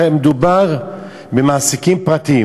הרי מדובר במעסיקים פרטיים.